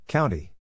County